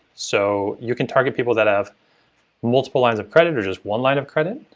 so you can target people that have multiple lines of credit or just one line of credit,